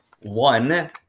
One –